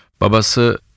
Babası